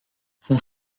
font